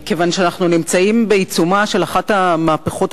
כיוון שאנחנו נמצאים בעיצומה של אחת המהפכות